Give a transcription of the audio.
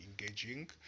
engaging